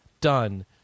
done